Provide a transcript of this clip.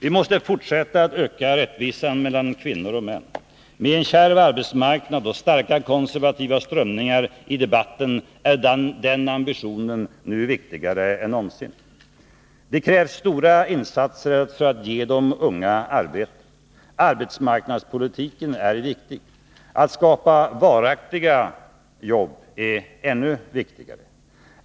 Vi måste fortsätta att öka rättvisan mellan kvinnor och män. Med en kärv arbetsmarknad och starka konservativa strömningar i debatten är den ambitionen nu viktigare än någonsin. Det krävs stora insatser för att ge de unga arbete. Arbetsmarknadspolitiken är viktig. Att skapa varaktiga jobb är ännu viktigare.